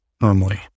normally